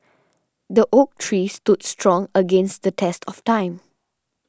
the oak tree stood strong against the test of time